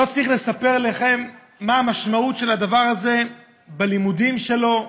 לא צריך לספר לכם מה המשמעות של הדבר הזה בלימודים שלו.